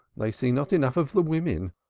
they see not enough of the women.